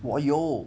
我有